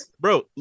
bro